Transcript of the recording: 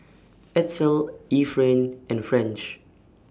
Edsel Efrain and French